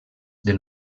del